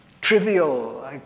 trivial